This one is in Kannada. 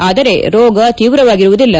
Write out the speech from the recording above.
ಆದರೆ ರೋಗ ತೀವ್ರವಾಗಿರುವುದಿಲ್ಲ